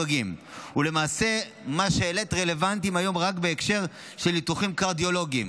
ולמעשה מה שהעלית רלוונטי היום רק בהקשר של ניתוחים קרדיולוגיים.